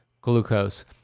glucose